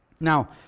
Now